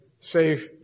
say